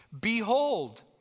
Behold